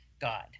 God